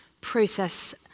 process